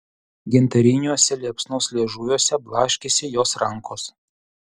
gintariniuose liepsnos liežuviuose blaškėsi jos rankos